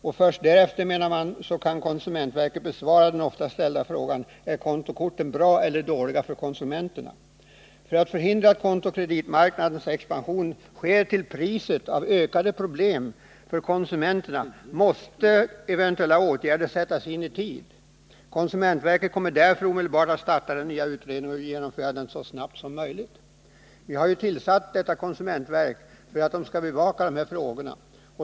Först därefter kan konsumentverket besvara den ofta ställda frågan om kontokorten är bra eller dåliga för konsumenterna. För att förhindra att kontokreditmarknadens expansion sker till priset av ökade problem för konsumenterna måste eventuella åtgärder sättas in i tid. Konsumentverket kommer därför att omedelbart starta den nya utredningen och genomföra den så snabbt som möjligt. Vi har tillsatt detta konsumentverk för att bl.a. bevaka dessa frågor.